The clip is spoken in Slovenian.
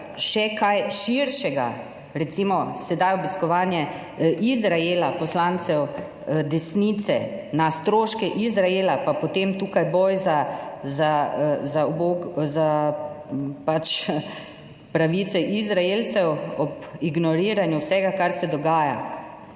še kaj širšega, recimo sedaj obiskovanje Izraela poslancev desnice na stroške Izraela, pa potem tukaj boj za pač pravice Izraelcev ob ignoriranju vsega kar se dogaja.